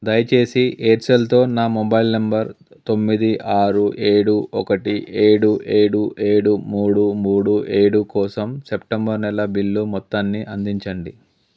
దయచేసి ఎయిర్సెల్తో నా మొబైల్ నెంబర్ తొమ్మిది ఆరు ఏడు ఒకటి ఏడు ఏడు ఏడు మూడు మూడు ఏడు కోసం సెప్టెంబరు నెల బిల్లు మొత్తాన్ని అందించండి